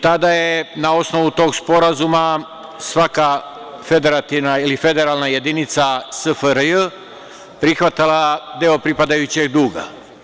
Tada je na osnovu tog sporazuma svaka federativna ili federalna jedinica SFRJ prihvatala deo pripadajućeg duga.